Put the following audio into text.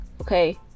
Okay